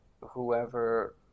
Whoever